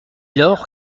lors